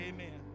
Amen